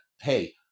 hey